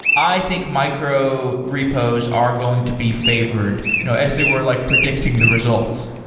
i think micro repos are going to be favored you know as they were like predicting the results.